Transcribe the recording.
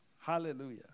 Hallelujah